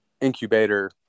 incubator